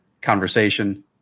conversation